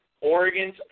Oregon's